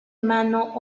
mano